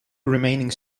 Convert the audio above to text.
remaining